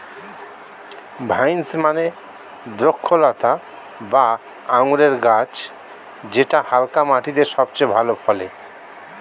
vines মানে দ্রক্ষলতা বা আঙুরের গাছ যেটা হালকা মাটিতে সবচেয়ে ভালো ফলে